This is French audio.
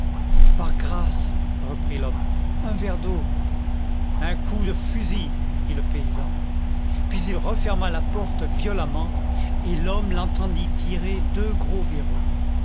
par grâce reprit l'homme un verre d'eau un coup de fusil dit le paysan puis il referma la porte violemment et l'homme l'entendit tirer deux gros verrous